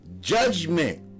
Judgment